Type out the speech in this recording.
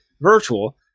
virtual